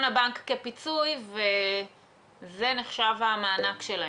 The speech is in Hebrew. הבנק כפיצוי וזה נחשב המענק שלהם.